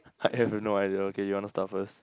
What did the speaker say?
I have no idea okay you want to start first